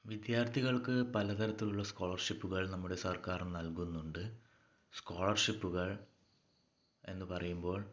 വിദ്യാർഥികൾക്ക് പലതരത്തിലുള്ള സ്കോളർഷിപ്പുകൾ നമ്മുടെ സർക്കാർ നൽകുന്നുണ്ട് സ്കോളർഷിപ്പുകൾ എന്നു പറയുമ്പോൾ